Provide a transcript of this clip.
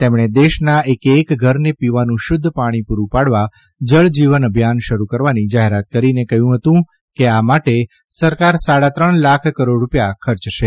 તેમણે દેશના એકેએક ઘરને પીવાનું શુધ્ધ પાણી પુરૂ પાડવા જળ જીવન અભિયાન શરૂ કરવાની જાહેરાત કરીને કહયું હતું કે આ માટે સરકાર સાડા ત્રણ લાખ કરોડ રૂપિયા ખર્ચશે